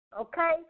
okay